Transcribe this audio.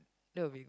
that'll be